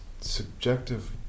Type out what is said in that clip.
subjective